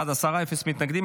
בעד, עשרה, אפס מתנגדים.